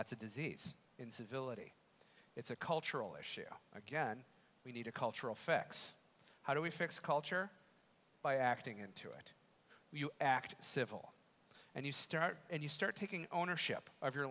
that's a disease incivility it's a cultural issue again we need a cultural fex how do we fix culture by acting and we act civil and you start and you start taking ownership of your